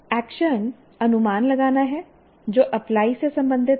तो एक्शन अनुमान लगाना है जो अप्लाई से संबंधित है